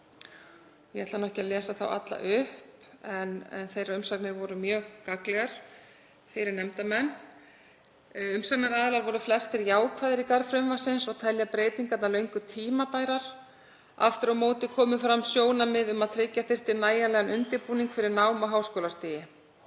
Ég ætla ekki að lesa þá alla upp en umsagnir þeirra voru mjög gagnlegar fyrir nefndarmenn. Umsagnaraðilar voru flestir jákvæðir í garð frumvarpsins og töldu breytingarnar löngu tímabærar. Aftur á móti komu fram sjónarmið um að tryggja þyrfti nægilegan undirbúning fyrir nám á háskólastigi.